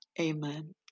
amen